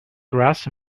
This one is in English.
grass